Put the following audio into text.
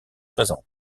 présentes